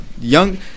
young